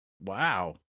Wow